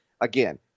again